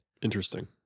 Interesting